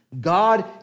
God